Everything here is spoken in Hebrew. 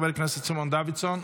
חבר כנסת סימון דוידסון,